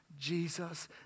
Jesus